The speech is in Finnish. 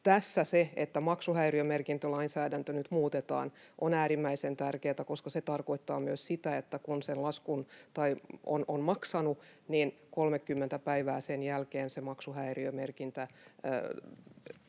Tässä se, että maksuhäiriömerkintälainsäädäntö nyt muutetaan, on äärimmäisen tärkeätä, koska se tarkoittaa myös sitä, että kun sen laskun on maksanut, niin 30 päivää sen jälkeen maksuhäiriömerkintä pyyhitään